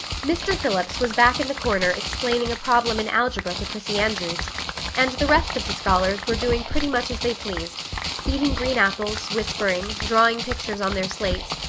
mr. phillips was back in the corner explaining a problem in algebra to prissy andrews and the rest of the scholars were doing pretty much as they pleased eating green apples, whispering, drawing pictures on their slates,